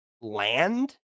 land